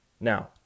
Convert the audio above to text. Now